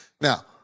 Now